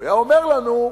הוא היה אומר לנו: